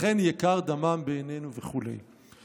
לכן יקר דמם בעינינו'" וכו'.